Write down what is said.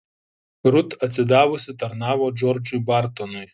rut atsidavusi tarnavo džordžui bartonui